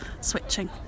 switching